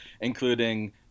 including